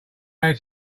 had